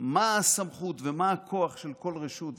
מה הסמכות ומה הכוח של כל רשות וכדומה,